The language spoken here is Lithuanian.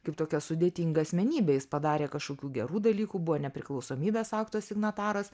kaip tokią sudėtingą asmenybę jis padarė kažkokių gerų dalykų buvo nepriklausomybės akto signataras